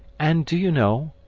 and do you know,